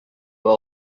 were